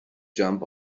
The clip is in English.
jump